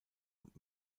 und